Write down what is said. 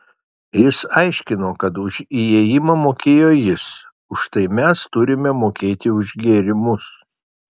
jis aiškino kad už įėjimą mokėjo jis už tai mes turime mokėti už gėrimus